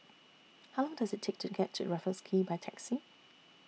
How Long Does IT Take to get to Raffles Quay By Taxi